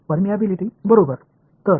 எனவே அடிப்படையில்